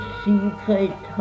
secret